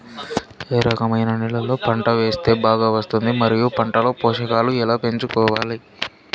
ఏ రకమైన నేలలో పంట వేస్తే బాగా వస్తుంది? మరియు పంట లో పోషకాలు ఎలా పెంచుకోవాలి?